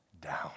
down